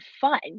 fun